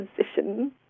position